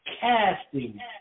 casting